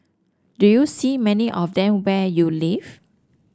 do you see many of them where you live